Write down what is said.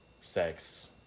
sex